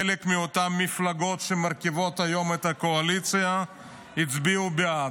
שגם חלק מאותן מפלגות שמרכיבות היום את הקואליציה הצביעו בעד,